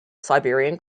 siberian